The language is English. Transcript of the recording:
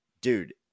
Dude